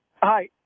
Hi